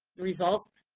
results?